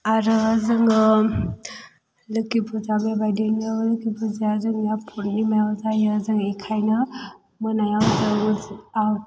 आरो जोङो लोखि फुजा बेबायदिनो लोखि फुजा जोंना पुर्निमा जायो जों बेखायनो मोनायाव जों आव